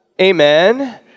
Amen